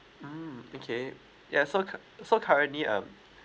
mm okay ya so cur~ so currently um